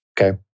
Okay